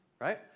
Right